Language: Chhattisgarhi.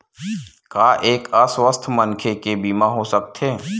का एक अस्वस्थ मनखे के बीमा हो सकथे?